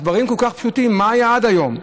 הדברים כל כך פשוטים, מה היה עד היום?